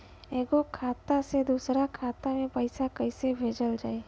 एगो खाता से दूसरा खाता मे पैसा कइसे भेजल जाई?